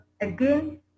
again